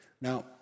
Now